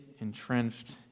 entrenched